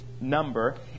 number